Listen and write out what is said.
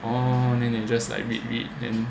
oh then they just like read read then